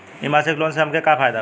इ मासिक लोन से हमके का फायदा होई?